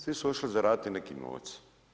Svi su otišli zaraditi neki novac.